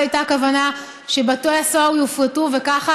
אז הייתה כוונה שבתי הסוהר יופרטו וכך